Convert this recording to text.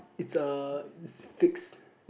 it's a fixed